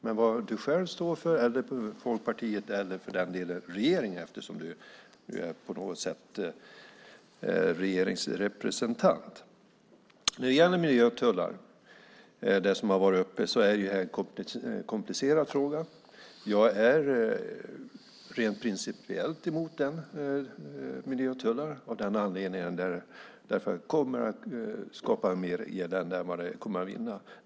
Men vad du själv, Folkpartiet eller för den delen regeringen - du är ju på något sätt regeringens representant - står för säger du inte. Frågan om miljötullar, som har varit uppe, är komplicerad. Jag är rent principiellt emot miljötullar av den anledningen att de kommer att skapa mer elände än de kommer att motverka.